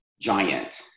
giant